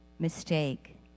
mistake